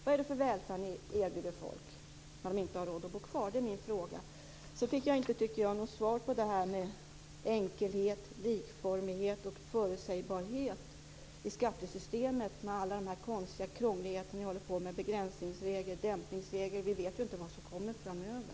Vad är det för välfärd ni erbjuder folk när de inte har råd att bo kvar? Det är min fråga. Sedan fick jag inte, tycker jag, något svar på det här med enkelhet, likformighet och förutsägbarhet i skattesystemet med alla de här konstiga krångligheterna ni håller på med; begränsningsregel, dämpningsregel - vi vet ju inte vad som kommer framöver!